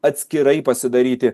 atskirai pasidaryti